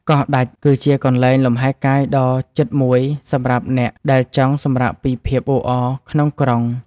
កោះដាច់គឺជាកន្លែងលំហែកាយដ៏ជិតមួយសម្រាប់អ្នកដែលចង់សម្រាកពីភាពអ៊ូអរក្នុងក្រុង។